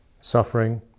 suffering